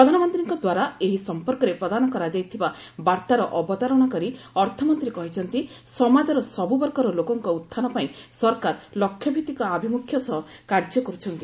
ପ୍ରଧାନମନ୍ତ୍ରୀଙ୍କ ଦ୍ୱାରା ଏହି ସଂପର୍କରେ ପ୍ରଦାନ କରାଯାଇଥିବା ବାର୍ତ୍ତାର ଅବତାରଣା କରି ଅର୍ଥମନ୍ତ୍ରୀ କହିଛନ୍ତି ସମାଜର ସବୁବର୍ଗର ଲୋକଙ୍କ ଉହ୍ଚାନ ପାଇଁ ସରକାର ଲକ୍ଷ୍ୟ ଭିତ୍ତିକ ଆଭିମୁଖ୍ୟ ସହ କାର୍ଯ୍ୟ କରୁଛନ୍ତି